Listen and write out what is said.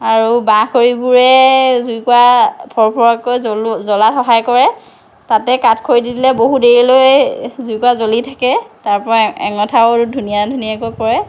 আৰু বাঁহ খৰিবোৰে জুইকোৰা ফৰফৰকৈ জ্বলাত সহায় কৰে তাতে কাঠ খৰি দি দিলে বহু দেৰিলৈ জুইকোৰা জলি থাকে তাৰ পৰা অঙঠাও ধুনীয়া ধুনীয়াকৈ পৰে